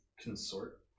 consort